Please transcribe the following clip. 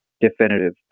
definitive